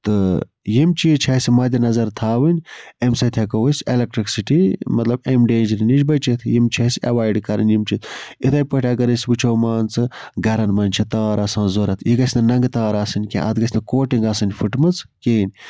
تہٕ یِم چیٖز چھِ اَسہِ مَدِ نظر تھاوٕنۍ اَمہِ سۭتۍ ہٮ۪کَو أسۍ اٮ۪لیکڑکسٹی مطلب اَمہِ ڈینجر نَش بٔچِتھ یِم چھِ اَسہِ ایوایِڈ کَرٕںۍ یِم چھِ تِتھٕے پٲٹھۍ اَگر أسۍ وٕچھو مان ژٕ گرَن منٛز چھِ تار آسان ضوٚرتھ اَتھ گژھِنہٕ سۄ ننٛگہٕ تار آسٕنۍ کیٚنہہ اَتھ گژھِ نہٕ کوٹِنگ آسٕنۍ پھٹمٕژ کِہیٖنۍ نہٕ